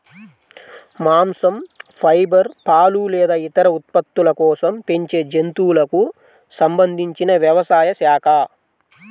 మాంసం, ఫైబర్, పాలు లేదా ఇతర ఉత్పత్తుల కోసం పెంచే జంతువులకు సంబంధించిన వ్యవసాయ శాఖ